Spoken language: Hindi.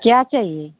क्या चाहिए